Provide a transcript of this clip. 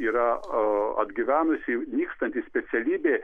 yra a atgyvenusi nykstanti specialybė